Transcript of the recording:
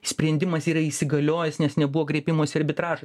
sprendimas yra įsigaliojęs nes nebuvo kreipimosi į arbitražą